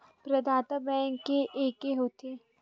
प्रदाता बैंक के एके होथे?